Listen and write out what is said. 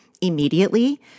immediately